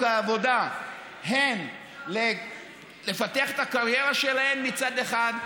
העבודה הן לפתח את הקריירה שלהן מצד אחד,